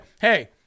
hey